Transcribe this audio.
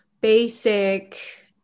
basic